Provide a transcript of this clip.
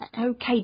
Okay